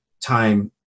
time